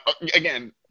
again